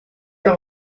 dans